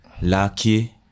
Lucky